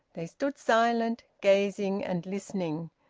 they stood silent, gazing and listening.